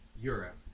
Europe